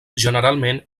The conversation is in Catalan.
generalment